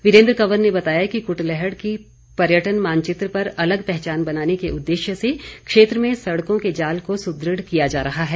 वीरेन्द्र कंवर ने बताया कि कुटलैहड़ की पर्यटन मानचित्र पर अलग पहचान बनाने के उद्देश्य से क्षेत्र में सड़कों के जाल को सुदृढ़ किया जा रहा है